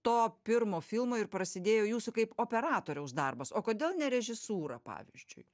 to pirmo filmo ir prasidėjo jūsų kaip operatoriaus darbas o kodėl ne režisūra pavyzdžiui